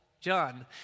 John